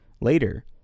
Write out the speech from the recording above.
Later